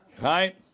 Right